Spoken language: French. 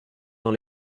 dans